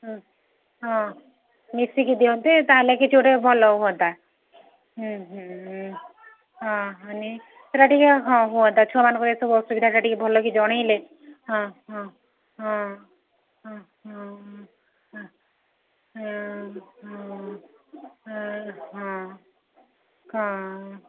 ହଁ ହଁ ମିଶିକି ଦିଅନ୍ତେ ତାହେଲେ କିଛି ଗୋଟେ ଭଲ ହୁଅନ୍ତା ହଁ ହଁ ନାଇଁ ସେଟା ଟିକେ ହଁ ହୁଅନ୍ତା ଛୁଆମାନଙ୍କର ଏସବୁ ଅସୁବିଧାଟା ଟିକେ ଭଲକ ଜଣେଇଲେ ହଁ ହଁ ହଁ ହଁ ହଁ ହଁଁ ହଁଁ ହଁ ହଁ